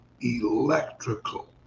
electrical